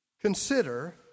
Consider